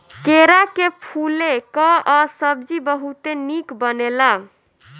केरा के फूले कअ सब्जी बहुते निक बनेला